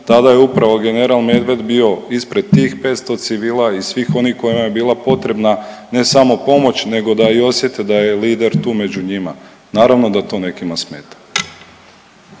tada je upravo general Medved bio ispred tih 500 civila i svih onih kojima je bila potrebna ne samo pomoć nego da i osjete da je lider tu među njima. Naravno da to nekima smeta.